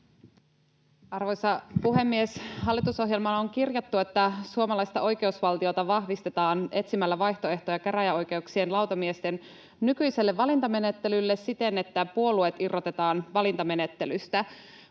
Arvoisa puhemies! Hallitusohjelmaan on kirjattu, että suomalaista oikeusvaltiota vahvistetaan etsimällä vaihtoehtoja käräjäoikeuksien lautamiesten nykyiselle valintamenettelylle siten, että puolueet irrotetaan valintamenettelystä.